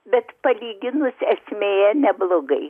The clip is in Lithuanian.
bet palyginus esmėje neblogai